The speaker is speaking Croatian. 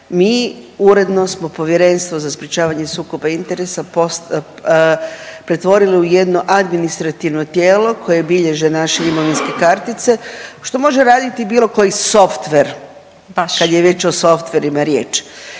Mi uredno smo Povjerenstvo za sprječavanje sukoba interesa pretvorili u jedno administrativno tijelo koje bilježe naše imovinske kartice što može raditi bilo koji softver kad je već o softverima riječ.